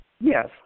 Yes